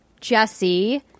jesse